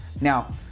now